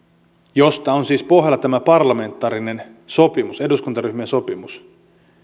josta on siis pohjalla tämä parlamentaarinen sopimus eduskuntaryhmien sopimus